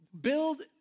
build